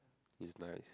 it's nice